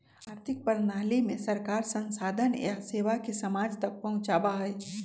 आर्थिक प्रणाली में सरकार संसाधन या सेवा के समाज तक पहुंचावा हई